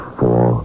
four